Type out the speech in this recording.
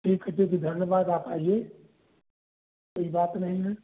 ठीक है ठीक है धन्यवाद आप आइए कोई बात नहीं है